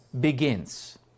begins